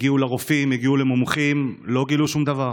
הגיעו לרופאים, הגיעו למומחים ולא גילו שום דבר.